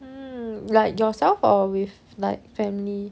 mm like yourself or with like family